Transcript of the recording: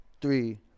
three